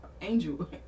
Angel